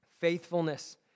faithfulness